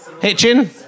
Hitchin